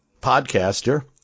podcaster